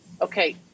okay